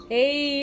Hey